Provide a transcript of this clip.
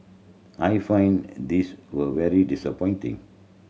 I find this will very disappointing